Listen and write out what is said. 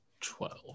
twelve